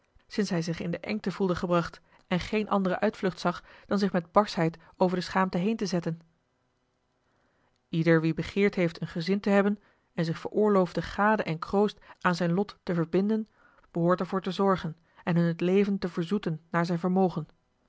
sinds hij zich in de engte voelde gebracht en geen andere uitvlucht zag dan zich met barschheid over de schaamte heen te zetten ieder wie begeerd heeft een gezin te hebben en zich veroorloofde gade en kroost aan zijn lot te verbinden behoort er voor te zorgen en hun het leven te verzoeten naar zijn vermogen